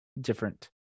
different